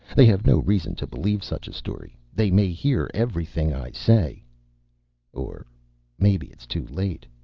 they have no reason to believe such a story. they may hear everything i say or maybe it's too late.